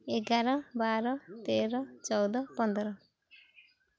ଏଗାର ବାର ତେର ଚଉଦ ପନ୍ଦର